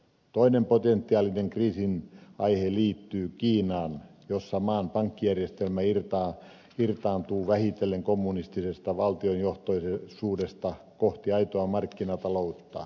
toinen potentiaalinen kriisin aihe liittyy kiinaan jossa maan pankkijärjestelmä irtaantuu vähitellen kommunistisesta valtiojohtoisuudesta kohti aitoa markkinataloutta